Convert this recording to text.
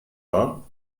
wahr